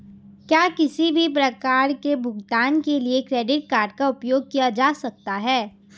क्या किसी भी प्रकार के भुगतान के लिए क्रेडिट कार्ड का उपयोग किया जा सकता है?